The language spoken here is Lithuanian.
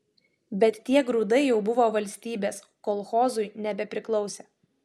bet tie grūdai jau buvo valstybės kolchozui nebepriklausė